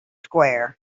square